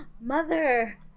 mother